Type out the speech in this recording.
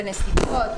בנסיבות,